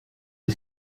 est